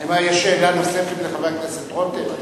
האם יש שאלה נוספת לחבר הכנסת רותם?